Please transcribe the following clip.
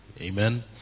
Amen